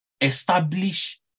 establish